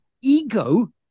Ego